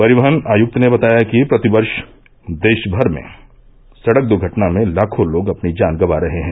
परिवहन आयुक्त ने बताया कि प्रतिवर्ष देश भर में सड़क दुर्घटना में लाखों लोग अपनी जान गवां रहे हैं